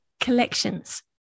collections